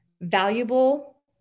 valuable